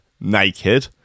naked